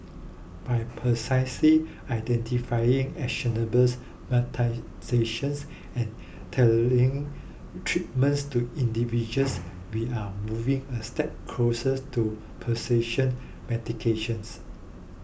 by precisely identifying and tailoring treatments to individuals we are moving a step closes to medications